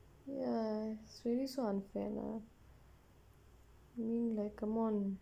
ya it's really so unfair lor I mean like come on